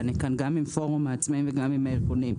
ואני כאן גם עם פורום העצמאים וגם עם הארגונים,